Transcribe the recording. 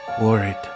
worried